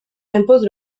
impose